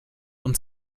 und